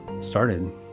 started